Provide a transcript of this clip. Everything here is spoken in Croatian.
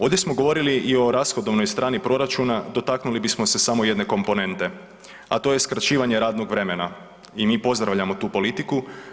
Ovdje smo govorili i o rashodovnoj strani proračuna, dotaknuli bismo se samo jedne komponente, a to je skraćivanje radnog vremena i mi pozdravljamo tu politiku.